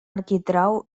arquitrau